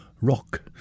Rock